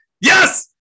Yes